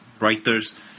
writers